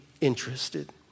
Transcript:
interested